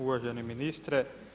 Uvaženi ministre.